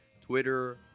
Twitter